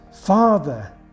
Father